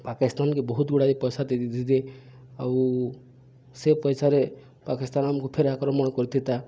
ପାକିସ୍ତାନ୍କେ ବହୁତ୍ ଗୁଡ଼ାଏ ପଏସା ଦେଇ ଦେଇଦେ ଆଉ ସେ ପଏସାରେ ପାକିସ୍ତାନ୍ ଆମ୍କୁ ଫେର୍ ଆକ୍ରମଣ୍ କରିଥିତା